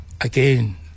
again